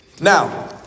Now